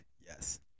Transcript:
Yes